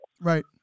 Right